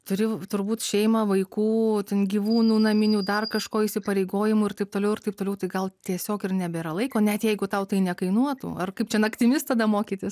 turi turbūt šeimą vaikų ten gyvūnų naminių dar kažko įsipareigojimų ir taip toliau ir taip toliau tai gal tiesiog ir nebėra laiko net jeigu tau tai nekainuotų ar kaip čia naktimis tada mokytis